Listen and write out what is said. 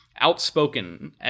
outspoken